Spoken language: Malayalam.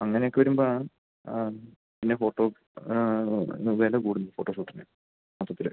അങ്ങനെയൊക്കെ വരുമ്പോഴാണ് ആ ഇത് പിന്നെ വിലകൂടുന്നത് ഫോട്ടോഷൂട്ടിന് മൊത്തത്തില്